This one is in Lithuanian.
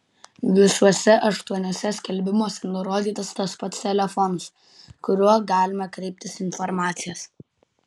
visuose aštuoniuose skelbimuose nurodytas tas pats telefonas kuriuo galima kreiptis informacijos